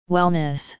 Wellness